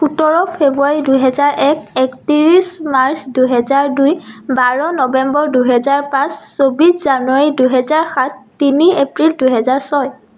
সোতৰ ফ্ৰেব্ৰুৱাৰী দুহেজাৰ এক একত্ৰিছ মাৰ্চ দুহেজাৰ দুই বাৰ নৱেম্বৰ দুহেজাৰ পাঁচ চৌব্বিছ জানুৱাৰী দুহেজাৰ সাত তিনি এপ্ৰিল দুহেজাৰ ছয়